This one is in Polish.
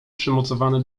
przymocowane